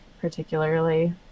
particularly